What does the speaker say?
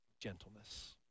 gentleness